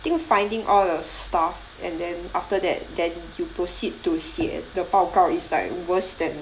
think finding all the stuff and then after that then you proceed to 写的报告 is like worse than